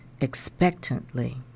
expectantly